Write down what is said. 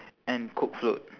and coke float